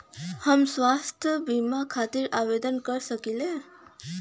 हम स्वास्थ्य बीमा खातिर आवेदन कर सकीला?